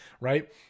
right